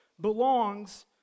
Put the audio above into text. belongs